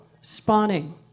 spawning